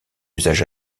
usage